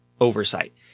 oversight